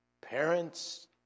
parents